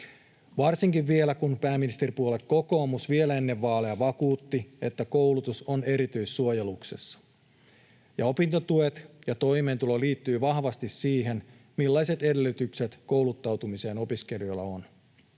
Varsinkin vielä kun pääministeripuolue kokoomus vielä ennen vaaleja vakuutti, että koulutus on erityissuojeluksessa. Opintotuet ja toimeentulo liittyvät vahvasti siihen, millaiset edellytykset kouluttautumiseen opiskelijoilla on.